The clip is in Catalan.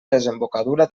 desembocadura